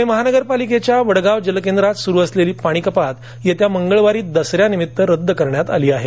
प्णेमहापालिकेच्या वडगाव जल केंद्रात सुरू असलेली पाणीकपात येत्या मंगळवारी दसऱ्यानिमित्त रद्द करण्यात आली आहे